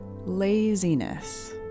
laziness